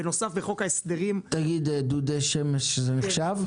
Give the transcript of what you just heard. בנוסף, בחוק ההסדרים --- דודי שמש זה נחשב?